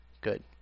Good